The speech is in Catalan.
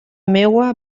meua